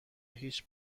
هیچ